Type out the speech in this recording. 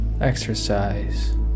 exercise